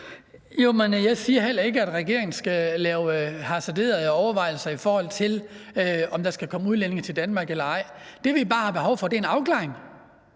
Jeg siger heller ikke, at regeringen skal lave hasarderede overvejelser i forhold til, om der kan komme udlændinge til Danmark eller ej. Det, vi bare har behov for, er en afklaring,